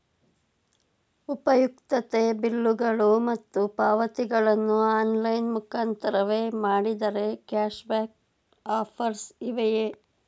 ಉಪಯುಕ್ತತೆ ಬಿಲ್ಲುಗಳು ಮತ್ತು ಪಾವತಿಗಳನ್ನು ಆನ್ಲೈನ್ ಮುಖಾಂತರವೇ ಮಾಡಿದರೆ ಕ್ಯಾಶ್ ಬ್ಯಾಕ್ ಆಫರ್ಸ್ ಇವೆಯೇ?